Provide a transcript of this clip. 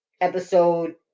episode